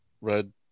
red